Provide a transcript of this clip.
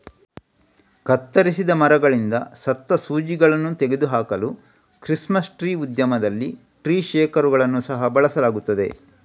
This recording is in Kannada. ಕತ್ತರಿಸಿದ ಮರಗಳಿಂದ ಸತ್ತ ಸೂಜಿಗಳನ್ನು ತೆಗೆದು ಹಾಕಲು ಕ್ರಿಸ್ಮಸ್ ಟ್ರೀ ಉದ್ಯಮದಲ್ಲಿ ಟ್ರೀ ಶೇಕರುಗಳನ್ನು ಸಹ ಬಳಸಲಾಗುತ್ತದೆ